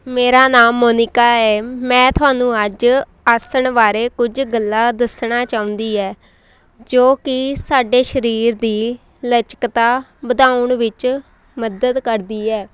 ਮੇਰਾ ਨਾਮ ਮੋਨਿਕਾ ਹੈ ਮੈਂ ਤੁਹਾਨੂੰ ਅੱਜ ਆਸਣ ਬਾਰੇ ਕੁਝ ਗੱਲਾਂ ਦੱਸਣਾ ਚਾਹੁੰਦੀ ਹੈ ਜੋ ਕਿ ਸਾਡੇ ਸਰੀਰ ਦੀ ਲਚਕਤਾ ਵਧਾਉਣ ਵਿੱਚ ਮੱਦਦ ਕਰਦੀ ਹੈ